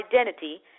identity